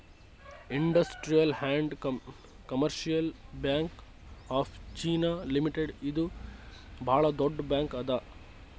industrial and commercial bank of China limited ಇದು ಭಾಳ್ ದೊಡ್ಡ ಬ್ಯಾಂಕ್ ಅದಾ